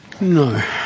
No